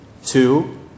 Two